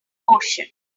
ocean